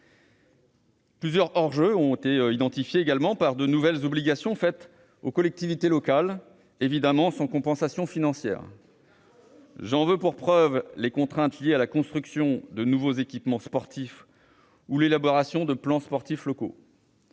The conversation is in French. Plusieurs hors-jeux ont été identifiés par de nouvelles obligations faites aux collectivités locales, évidemment sans compensation financière. Carton rouge ! J'en veux pour preuve les contraintes liées à la construction de nouveaux équipements sportifs ou à l'élaboration de plans sportifs locaux.